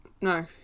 no